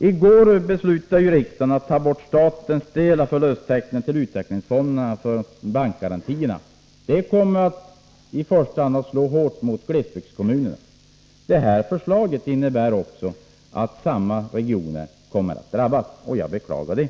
I går beslutade riksdagen om att ta bort statens del av förlusttäckningen till utvecklingsfonderna för bankgarantierna. Det kommer i första hand att slå hårt mot glesbyggdskommunerna. Även detta förslag innebär att samma regioner kommer att drabbas, vilket jag beklagar.